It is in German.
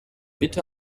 bitte